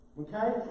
Okay